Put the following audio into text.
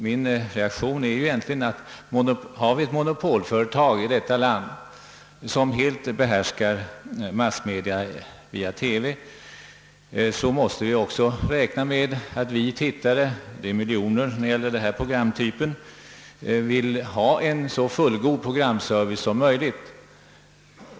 Min reaktion är att har vi ett monopolföretag i detta land, som helt behärskar det massmedium som TV utgör, måste vi också räkna med att tittarna — som är miljoner när det gäller denna programtyp — vill ha en så god programservice som möjligt.